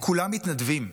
הם כולם מתנדבים.